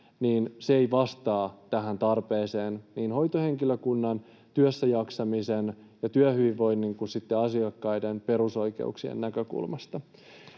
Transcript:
mitoitusta, ei vastaa tähän tarpeeseen niin hoitohenkilökunnan työssäjaksamisen ja työhyvinvoinnin kuin asiakkaiden perusoikeuksien näkökulmasta.